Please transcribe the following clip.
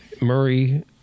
Murray